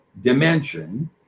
dimension